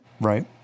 Right